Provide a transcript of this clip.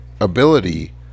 ability